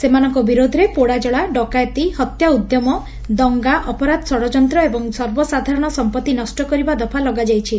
ସେମାନଙ୍କ ବିରୋଧରେ ପୋଡାଜଳା ଡକାୟତି ହତ୍ୟା ଉଦ୍ୟମ ଦଙ୍ଗା ଅପରାଧ ଷଡ଼ଯନ୍ତ ଏବଂ ସର୍ବସାଧାରଣ ସମ୍ମଭି ନଷ୍ଟ କରିବା ଦଫା ଲଗାଯାଇଛି